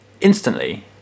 instantly